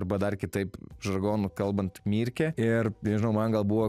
arba dar kitaip žargonu kalbant myrkė ir nežinau man gal buvo